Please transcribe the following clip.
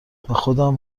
خودم